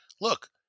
look